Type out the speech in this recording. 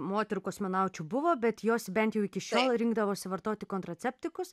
moterų kosmonaučių buvo bet jos bent jau iki šiol rinkdavosi vartoti kontraceptikus